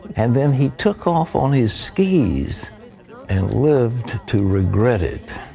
and then he took off on his skies and lived to regret it.